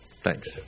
Thanks